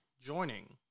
joining